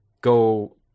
go –